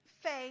Faith